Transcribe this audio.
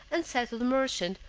and said to the merchant,